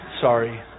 sorry